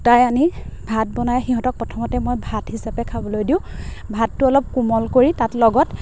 ফুটাই আনি ভাত বনাই সিহঁতক প্ৰথমতে মই ভাত হিচাপে খাবলৈ দিওঁ ভাতটো অলপ কোমল কৰি তাত লগত